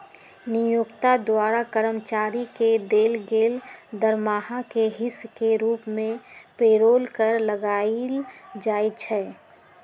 नियोक्ता द्वारा कर्मचारी के देल गेल दरमाहा के हिस के रूप में पेरोल कर लगायल जाइ छइ